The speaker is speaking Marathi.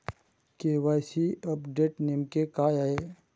के.वाय.सी अपडेट नेमके काय आहे?